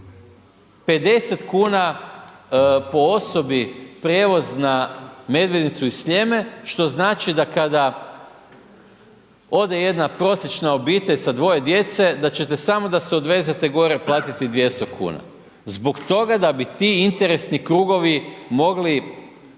50,00 kn po osobi prijevoz na Medvednicu i Sljeme, što znači da kada ode jedna prosječna obitelj sa dvoje djece da ćete samo da se odvezete gore platiti 200,00 kn zbog toga da bi ti interesni krugovi mogli